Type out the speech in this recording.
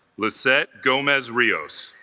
lissette gomez rios